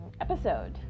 episode